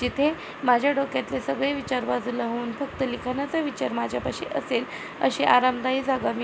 जिथे माझ्या डोक्यातले सगळे विचार बाजूला होऊन फक्त लिखाणाचा विचार माझ्यापाशी असेल अशी आरामदायी जागा मी